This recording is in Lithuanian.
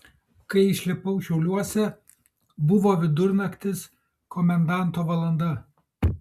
kai išlipau šiauliuose buvo vidurnaktis komendanto valanda